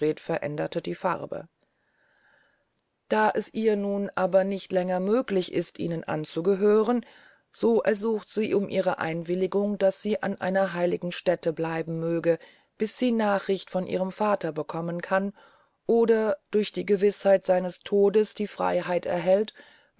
die farbe da es ihr nun aber nicht länger möglich ist ihnen anzugehören so ersucht sie um ihre einwilligung daß sie an heiliger stäte bleiben möge bis sie nachricht von ihrem vater bekommen kann oder durch die gewißheit seines todes die freyheit erhält